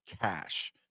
cash